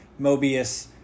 Mobius